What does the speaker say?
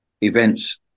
events